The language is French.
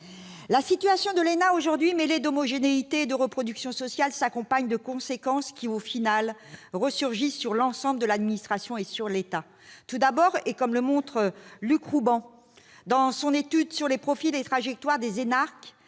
La situation de l'ENA aujourd'hui, mélange d'homogénéité et de reproduction sociale, a des conséquences qui, en définitive, rejaillissent sur l'ensemble de l'administration et sur l'État. Tout d'abord, comme le montre Luc Rouban dans son étude sur les profils et trajectoires des énarques,